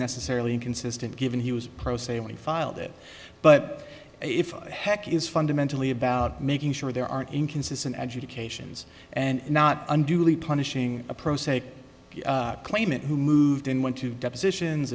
necessarily inconsistent given he was pro se we filed it but if heck is fundamentally about making sure there aren't inconsistent educations and not unduly punishing a pro se claimant who moved in went to depositions